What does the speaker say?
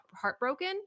heartbroken